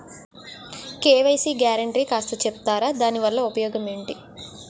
KYC guarantee కాస్త చెప్తారాదాని వల్ల ఉపయోగం ఎంటి?